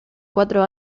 cuatro